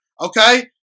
okay